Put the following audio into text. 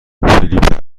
فیلیپ